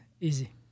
Easy